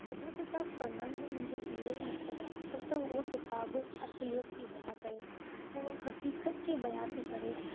अजो किताबु पढ़ण जो मुंहिंजो इहो ई मक़सदु आहे छो त उहा किताबु असलियत थी बया करे उहा हक़ीक़त खे बया थी करे